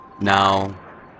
Now